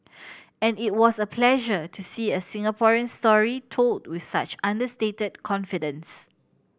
and it was a pleasure to see a Singaporean story told with such understated confidence